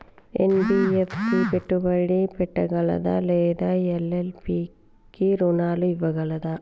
NBFC పెట్టుబడి పెట్టగలదా లేదా ఎల్.ఎల్.పి కి రుణాలు ఇవ్వగలదా?